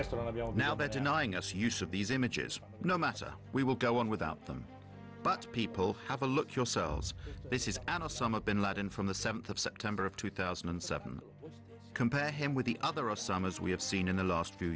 place now by denying us use of these images no matter we will go on without them but people have a look yourselves this is an a some of bin laden from the seventh of september of two thousand and seven compare him with the other osama's we have seen in the last few